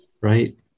Right